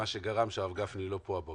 מה שגרם לכך שהרב גפני לא נמצא פה הבוקר.